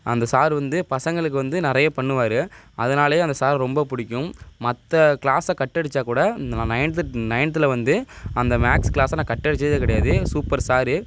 அந்த சாரு வந்து பசங்களுக்கு வந்து நிறைய பண்ணுவார் அதனாலையே அந்த சாரை ரொம்ப பிடிக்கும் மற்ற கிளாஸை கட் அடிச்சா கூட இந்த நான் நைன்த்து நைன்த்தில் வந்து அந்த மேக்ஸ் கிளாஸை நான் கட் அடிச்சதே கிடையாது சூப்பர் சாரு